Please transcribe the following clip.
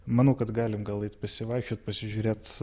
manau kad galim gal eit pasivaikščiot pasižiūrėt